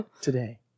Today